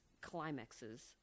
climaxes